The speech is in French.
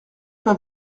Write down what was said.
pas